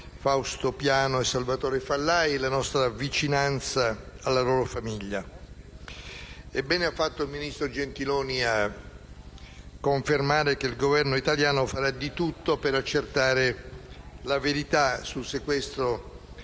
Fausto Piano e Salvatore Failla e la nostra vicinanza alla loro famiglia. Bene ha fatto il ministro Gentiloni a confermare che il Governo italiano farà di tutto per accertare la verità sul sequestro dei